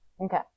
Okay